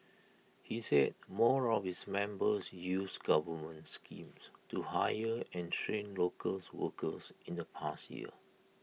he said more of its members used government schemes to hire and train locals workers in the past year